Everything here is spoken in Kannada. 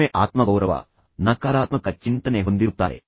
ಕಡಿಮೆ ಆತ್ಮಗೌರವವನ್ನು ಹೊಂದಿರುತ್ತಾರೆ ನಕಾರಾತ್ಮಕ ಚಿಂತನೆಯನ್ನು ಹೊಂದಿರುತ್ತಾರೆ